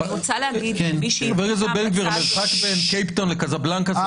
מי שהביא את הרשימה של המדינות היה משרד הבריאות,